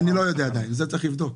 אני לא יודע עדיין, את זה צריך לבדוק.